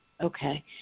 Okay